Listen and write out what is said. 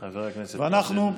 חבר הכנסת, נא לסיים.